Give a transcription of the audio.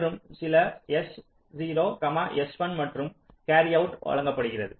மற்றும் சில s0 s1 மற்றும் கேரி அவுட் வழங்கப்படுகிறது